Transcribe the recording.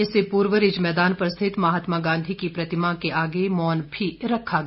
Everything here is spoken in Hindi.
इससे पूर्व रिज मैदान पर स्थित महात्मा गांधी की प्रतिमा के आगे मौन भी रखा गया